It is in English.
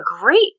great